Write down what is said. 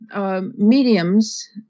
Mediums